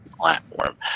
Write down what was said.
platform